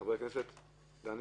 חבר הכנסת סידה,